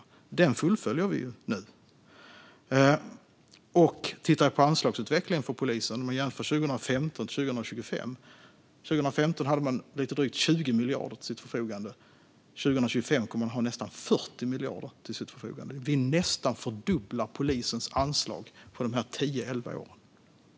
Den expansionen fullföljer vi nu. Man kan också titta på anslagsutvecklingen för polisen 2015 till 2025. År 2015 hade polisen lite drygt 20 miljarder till sitt förfogande. År 2025 kommer de att ha nästan 40 miljarder. Vi nästan fördubblar polisens anslag på de här tio elva åren.